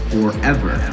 Forever